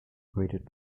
graded